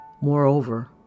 Moreover